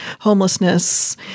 homelessness